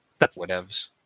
whatevs